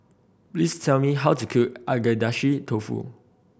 please tell me how to cook Agedashi Dofu